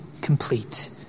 complete